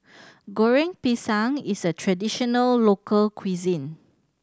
Goreng Pisang is a traditional local cuisine